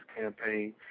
campaign